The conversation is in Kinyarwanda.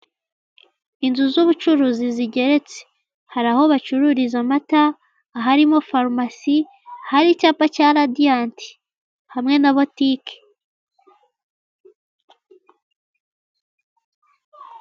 Inzu z'ubucuruzi zigeretse, hari aho bacururiza amata aharimo farumasi ahari icyapa cya radiyati hamwe na butike.